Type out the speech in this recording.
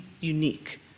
unique